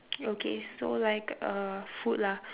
okay so like uh food lah